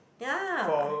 ya